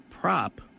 prop